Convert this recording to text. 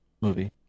movie